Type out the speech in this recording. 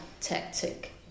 tactic